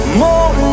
more